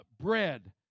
Bread